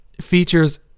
features